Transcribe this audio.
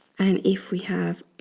and if we have